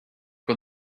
for